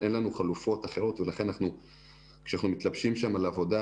אין לנו חלופות אחרות ולכן כשאנחנו מתלבשים שם על עבודה,